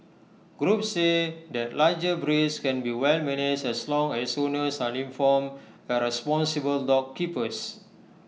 groups say that larger breeds can be well managed as long as owners are informed and responsible dog keepers